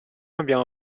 abbiamo